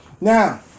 Now